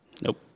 Nope